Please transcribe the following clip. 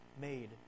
made